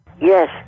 Yes